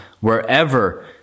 wherever